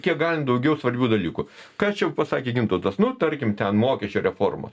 kiek galima daugiau svarbių dalykų ką čia jau pasakė gintautas nu tarkim ten mokesčių reformos